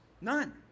None